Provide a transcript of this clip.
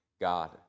God